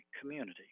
community